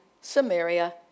Samaria